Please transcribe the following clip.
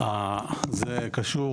זה קשור,